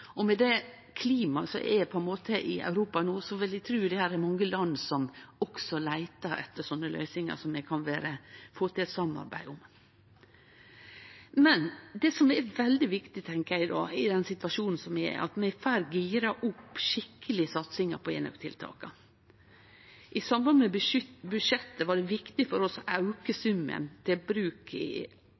Og med det klimaet som er i Europa no, vil eg tru det her er mange land som også leiter etter slike løysingar som vi kan få til eit samarbeid om. Det eg tenkjer er veldig viktig i den situasjonen som vi er i, er at vi får gira opp satsinga på enøktiltaka skikkeleg. I samband med budsjettet var det viktig for oss å auke summen til bruk i